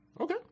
Okay